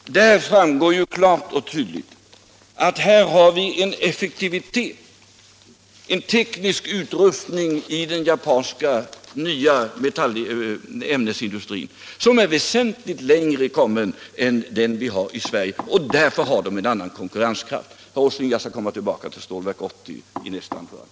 Av detta framgår klart och tydligt att den japanska ämnesindustrin har en effektivitet och en teknisk utrustning som är väsentligt längre kommen än den vi har i Sverige. Därför har man där en annan konkurrenskraft. Jag skall återkomma till frågan om Stålverk 80 i mitt nästa anförande.